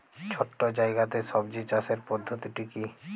ছোট্ট জায়গাতে সবজি চাষের পদ্ধতিটি কী?